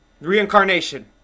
Reincarnation